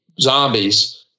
zombies